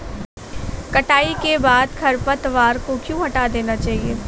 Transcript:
कटाई के बाद खरपतवार को क्यो हटा देना चाहिए?